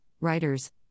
writers